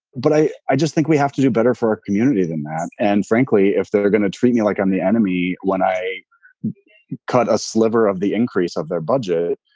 but i i just think we have to do better for our community than that. and frankly, if they're going to treat me like i'm the enemy, when i cut a sliver of the increase of their budget,